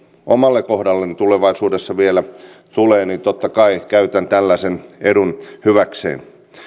omalle kohdalleni tulevaisuudessa vielä tulee niin totta kai käytän tällaisen edun hyväkseni